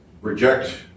reject